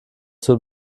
zur